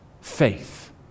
faith